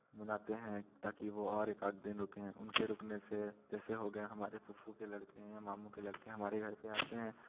मनाते हैं ताकि वह और एक आध दिन रुकें उनके रुकने से जैसे हो गए हमारे फ़ूफ़ू के लड़के या मामू के लड़के हमारे घर पर आते हैं